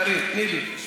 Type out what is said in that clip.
קארין, תני לי.